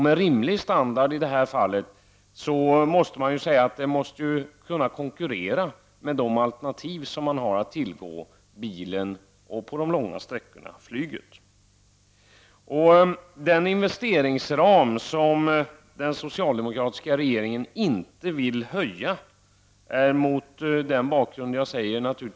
Med rimlig standard i det här fallet avses att tåget måste kunna konkurrera med de alternativ som finns att tillgå, bilen och flyget. Den investeringsram som den socialdemokratiska regeringen inte vill höja är då mot denna bakgrund naturligtvis otillräcklig.